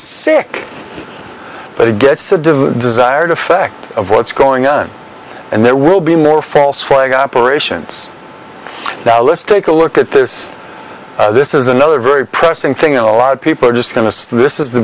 sick but it gets the desired effect of what's going on and there will be more false flag operations now let's take a look at this this is another very pressing thing a lot of people are just going to this is the